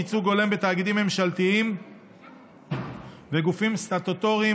ייצוג הולם בתאגידים ממשלתיים וגופים סטטוטוריים),